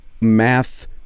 math